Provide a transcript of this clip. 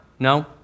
No